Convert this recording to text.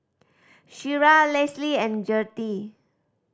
Shira Lesly and Gertie